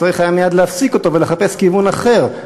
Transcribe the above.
צריך היה מייד להפסיק אותו ולחפש כיוון אחר,